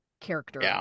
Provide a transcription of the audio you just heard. character